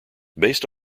based